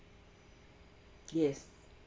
yes